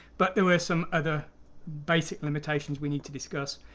but there were some other basic limitations we need to discuss.